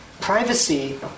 privacy